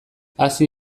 hazi